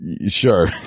Sure